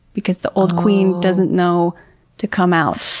because the old queen doesn't know to come out.